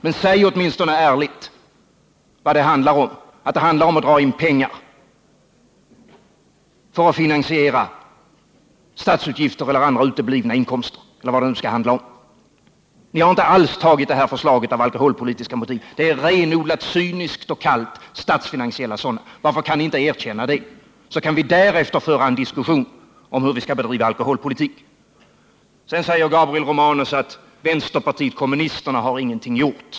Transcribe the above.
Men säg åtminstone ärligt att det handlar om att dra in pengar för att finansiera statsutgifter eller kompensera för uteblivna statsinkomster! Ni har inte alls framlagt det här förslaget av alkoholpolitiska skäl. Det ligger renodlat statsfinansiella överväganden bakom förslaget — cyniskt och kallt. Varför kan ni inte erkänna det, så kan vi därefter föra en diskussion om hur vi skall bedriva alkoholpolitik? Gabriel Romanus säger att vänsterpartiet kommunisterna ingenting gjort.